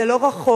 זה לא רחוק,